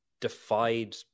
defied